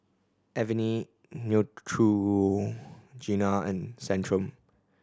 Avene Neutrogena and Centrum